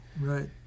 right